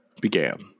began